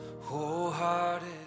wholehearted